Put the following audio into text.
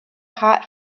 hot